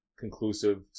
conclusive